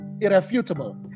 irrefutable